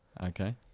Okay